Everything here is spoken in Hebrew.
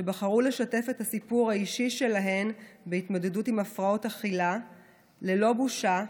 שבחרו לשתף את הסיפור האישי שלהן על התמודדות עם הפרעות אכילה ללא בושה,